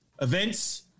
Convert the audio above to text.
Events